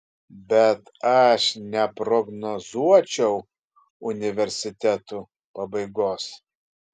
bet aš neprognozuočiau universitetų pabaigos